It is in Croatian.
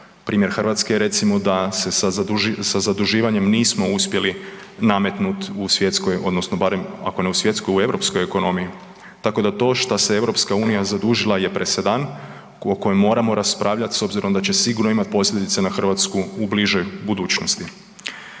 Primjer Hrvatske je recimo da se sa zaduživanjem nismo uspjeli nametnut u svjetskoj odnosno barem ako ne u svjetskoj onda u europskoj ekonomiji. Tako da to što se EU zadužila je presedan o kojem moramo raspravljati s obzirom da će sigurno imati posljedice na Hrvatsku u bližoj budućnosti.